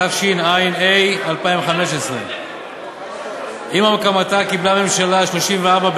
התשע"ה 2015. עם הקמתה קיבלה הממשלה ה-34,